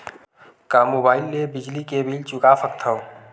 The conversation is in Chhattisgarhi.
का मुबाइल ले बिजली के बिल चुका सकथव?